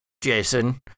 Jason